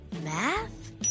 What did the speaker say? math